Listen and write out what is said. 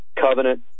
covenant